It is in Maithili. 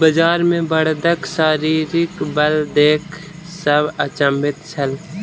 बजार मे बड़दक शारीरिक बल देख सभ अचंभित छल